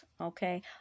okay